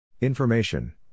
Information